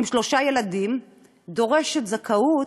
עם שלושה ילדים דורשת זכאות,